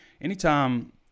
anytime